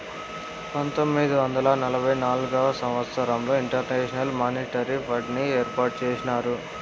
పంతొమ్మిది వందల నలభై నాల్గవ సంవచ్చరంలో ఇంటర్నేషనల్ మానిటరీ ఫండ్ని ఏర్పాటు చేసినారు